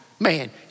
Man